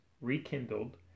rekindled